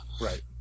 Right